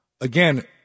again